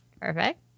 Perfect